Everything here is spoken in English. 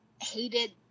hated